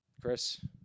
Chris